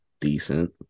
decent